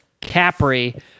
Capri